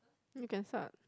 you can start